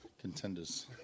contenders